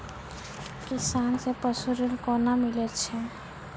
किसान कऽ पसु ऋण कोना मिलै छै?